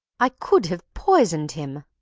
i could have poisoned him!